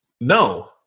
No